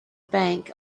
bank